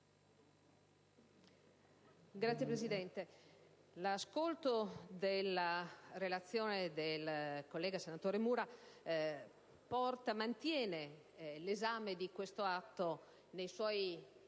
Signora Presidente, l'ascolto della relazione del collega Mura mantiene l'esame di questo atto nei suoi